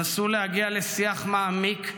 נסו להגיע לשיח מעמיק,